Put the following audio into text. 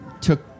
took